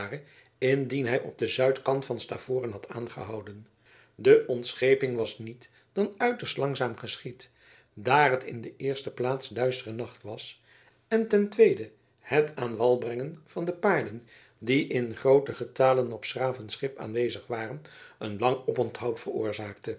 indien hij op den zuidkant van stavoren had aangehouden de ontscheping was niet dan uiterst langzaam geschied daar het in de eerste plaats duistere nacht was en ten tweede het aan wal brengen van de paarden die in grooten getale op s graven schip aanwezig waren een lang oponthoud veroorzaakte